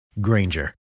Granger